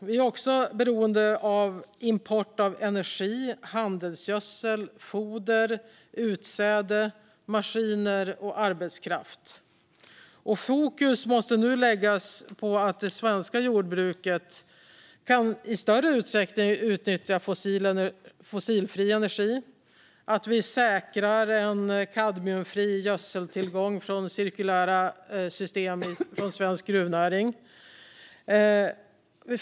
Vi är också beroende av import av energi, handelsgödsel, foder, utsäde, maskiner och arbetskraft. Fokus måste nu läggas på att det svenska jordbruket i större utsträckning kan utnyttja fossilfri energi och att vi säkrar en kadmiumfri gödseltillgång från cirkulära system från svensk gruvnäring.